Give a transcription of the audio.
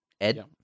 Ed